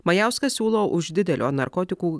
majauskas siūlo už didelio narkotikų